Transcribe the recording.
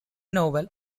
novel